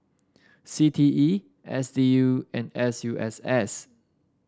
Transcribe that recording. C T E S D U and S U S S